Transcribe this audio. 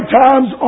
times